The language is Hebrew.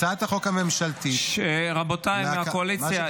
הצעת החוק הממשלתית --- רבותיי מהקואליציה,